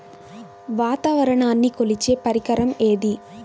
వాతావరణాన్ని కొలిచే పరికరం ఏది?